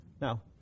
Now